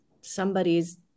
somebody's